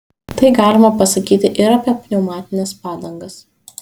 tai galima pasakyti ir apie pneumatines padangas